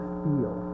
feel